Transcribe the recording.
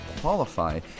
qualify